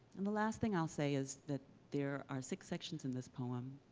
and the last thing i'll say is that there are six sections in this poem.